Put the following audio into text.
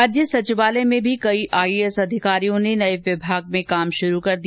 राज्य सचिवालय में भी कई आईएएस अधिकारियों ने भी नए विभाग में काम शुरू कर दिया